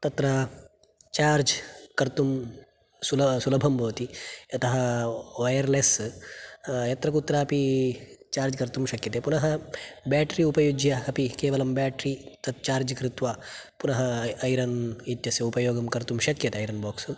तत्र चार्ज् कर्तुं सुल सुलभं भवति यतः वयर्लेस् यत्र कुत्रापि चार्ज् कर्तुं शक्यते पुनः बेटरी उपयुज्य अपि केवलं बेटरी तत् चार्ज् कृत्वा पुनः ऐरन् इत्यस्य उपरि प्रयोगं कर्तुं शक्यते ऐरन् बाक्स्